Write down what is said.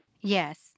Yes